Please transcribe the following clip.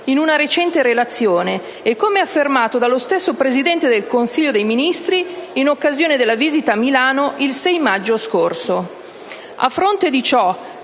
in una recente relazione e come affermato dallo stesso Presidente del Consiglio dei ministri, in occasione della visita a Milano il 6 maggio scorso.